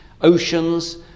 oceans